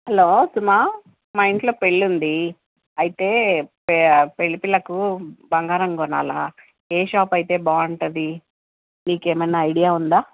hello Suma మా ఇంట్లో పెళ్ళి ఉంది అయితే పే పెళ్ళి పిల్లకు బంగారం కొనాలా ఏ షాప్ అయితే బాగుంటుంది నీకు ఏమన్నా ఐడియా ఉందా